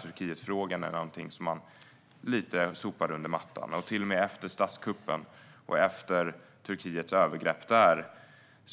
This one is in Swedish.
Turkietfrågan är någonting som man lite grann sopar under mattan, till och med efter statskuppen och Turkiets övergrepp.